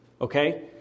Okay